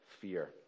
fear